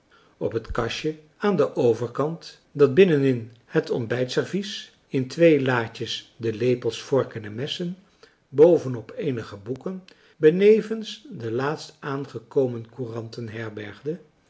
op het kastje aan den overkant dat binnen-in het ontbijtservies in twee laadjes de lepels vorken en messen boven op eenige boeken benevens de laatst aangekomen